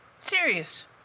Serious